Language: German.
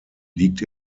liegt